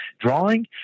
drawing